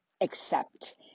accept